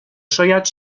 شاید